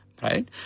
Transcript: Right